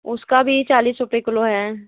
उसका भी चालीस रुपये किलो है